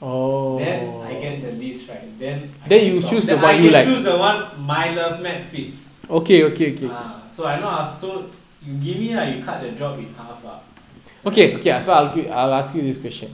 then I get the list right then I can talk then I can choose the one my love map fits okay ah so I know ah so you give me lah you cut the job in half ah right ah